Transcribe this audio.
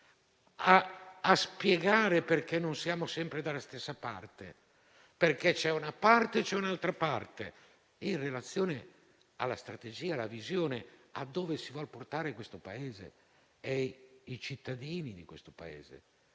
a spiegare perché non siamo sempre dalla stessa parte, perché c'è una parte e perché ce n'è un'altra, in relazione alla strategia, alla visione, a dove si vuole portare questo Paese e i suoi cittadini, né sopra,